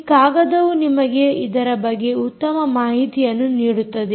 ಈ ಕಾಗದವು ನಿಮಗೆ ಇದರ ಬಗ್ಗೆ ಉತ್ತಮ ಮಾಹಿತಿಯನ್ನು ನೀಡುತ್ತದೆ